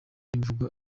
imvugo